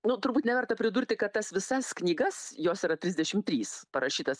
nu turbūt neverta pridurti kad tas visas knygas jos yra trisdešimt trys parašytas